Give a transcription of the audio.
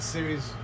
Series